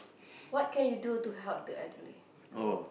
what can you do to help the elderly poor